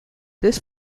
this